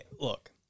look